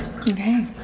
Okay